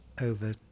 over